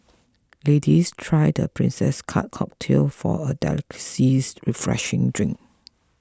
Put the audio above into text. ladies try the Princess Cut cocktail for a delicate sees refreshing drink